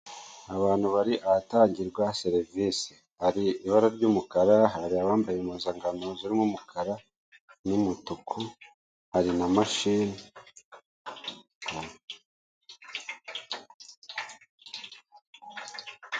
Amapaki ane imwe irimo amakeke indi irimo amandazi. Bigiye bigabanyije mu buryo bubiri atandatu na cumi na kabiri.